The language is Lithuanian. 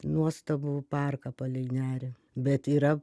nuostabų parką palei nerį bet yra